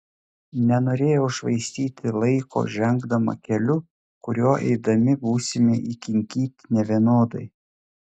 nenorėjau švaistyti laiko žengdama keliu kuriuo eidami būsime įkinkyti nevienodai